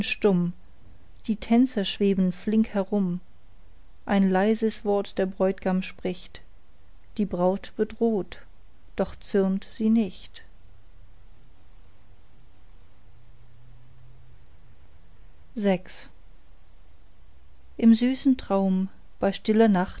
die tänzer schweben flink herum ein leises wort der bräutigam spricht die braut wird rot doch zürnt sie nicht vi im süßen traum bei stiller nacht